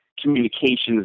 communications